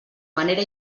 manera